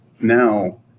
now